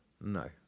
No